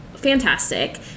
fantastic